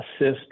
assist